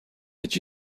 did